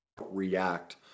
react